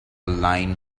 line